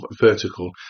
vertical